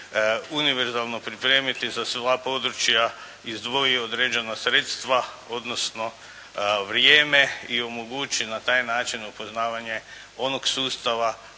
univerzalno pripremiti za sva područja, izdvoji određena sredstva, odnosno vrijeme i omogući na taj način upoznavanje onog sustava